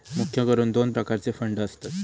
मुख्य करून दोन प्रकारचे फंड असतत